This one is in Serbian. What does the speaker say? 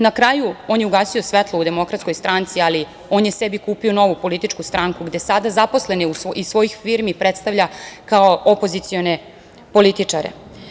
Na kraju, on je ugasio svetlo u DS, ali on je sebi kupio novu političku stranku, gde sada zaposleni iz svojih firmi predstavlja kao opozicione političare.